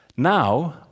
Now